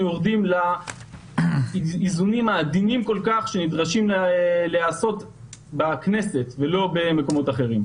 יורדים לאיזונים העדינים שנדרשים להיעשות בכנסת ולא במקומות אחרים,